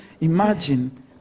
imagine